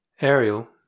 Ariel